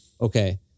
okay